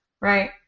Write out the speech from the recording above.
Right